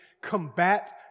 combat